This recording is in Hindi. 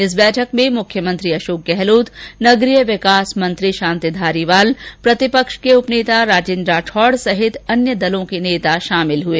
इस बैठक में मुख्यमंत्री अषोक गहलोत नगरीय विकास मेंत्री शांति धारिवाल प्रतिपक्ष के उप नेता राजेंद्र राठौड़ सहित अन्य दलों के नेता शामिल हुए